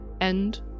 end